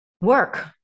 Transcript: work